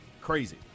crazy